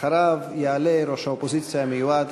אחריו יעלה ראש האופוזיציה המיועד,